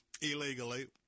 illegally